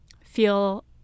feel